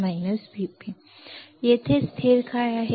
आता येथे स्थिर काय आहे